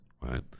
right